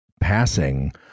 passing